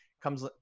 comes